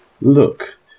Look